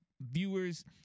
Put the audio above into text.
viewers